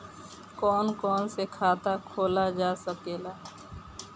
कौन कौन से खाता खोला जा सके ला?